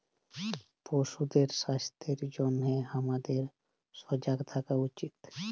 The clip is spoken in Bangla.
পশুদের স্বাস্থ্যের জনহে হামাদের সজাগ থাকা উচিত